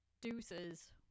Deuces